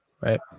right